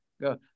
go